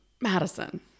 Madison